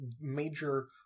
major